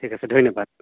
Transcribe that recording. ঠিক আছে ধন্যবাদ